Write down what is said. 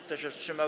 Kto się wstrzymał?